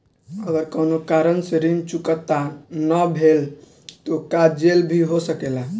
अगर कौनो कारण से ऋण चुकता न भेल तो का जेल भी हो सकेला?